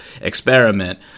experiment